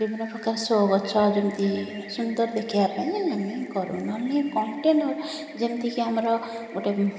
ବିଭିନ୍ନ ପ୍ରକାର ଶୋ ଗଛ ଯେମିତି ସୁନ୍ଦର ଦେଖିବା ପାଇଁ ଆମେ କରୁ ନହେଲେ ନାଇଁ କଣ୍ଟେନର୍ ଯେମିତିକି ଆମର ଗୋଟେ